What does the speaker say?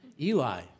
Eli